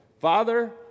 Father